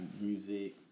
music